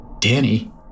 Danny